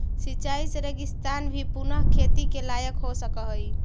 सिंचाई से रेगिस्तान भी पुनः खेती के लायक हो सकऽ हइ